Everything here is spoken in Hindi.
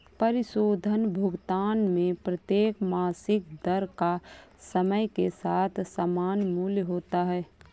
परिशोधन भुगतान में प्रत्येक मासिक दर का समय के साथ समान मूल्य होता है